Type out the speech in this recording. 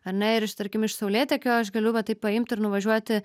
ar ne ir iš tarkim iš saulėtekio aš galiu va taip paimti ir nuvažiuoti